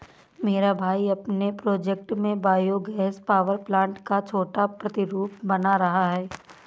मेरा भाई अपने प्रोजेक्ट में बायो गैस पावर प्लांट का छोटा प्रतिरूप बना रहा है